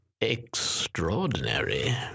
extraordinary